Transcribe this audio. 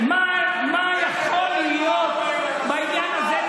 מה יכול להיות בעניין הזה,